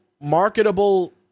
marketable